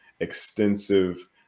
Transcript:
extensive